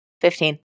Fifteen